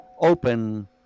open